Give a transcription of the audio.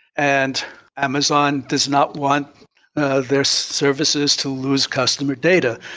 and amazon does not want their services to lose customer data.